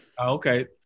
okay